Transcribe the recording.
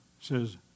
says